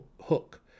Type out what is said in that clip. hook